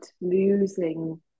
losing